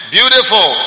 Beautiful